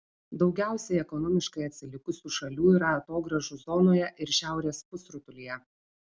daugiausiai ekonomiškai atsilikusių šalių yra atogrąžų zonoje ir šiaurės pusrutulyje